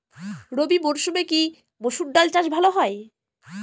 রবি মরসুমে কি মসুর ডাল চাষ ভালো হয়?